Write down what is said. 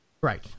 Right